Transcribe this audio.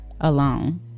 alone